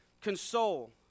console